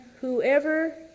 whoever